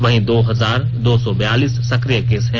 वहीं दो हजार दो सौ बैयालीस सक्रिय केस हैं